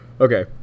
Okay